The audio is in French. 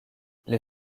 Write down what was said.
les